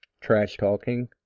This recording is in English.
trash-talking